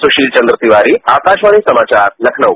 सुशील चन्द्र तिवारी आकाशवाणी समाचार लखनऊ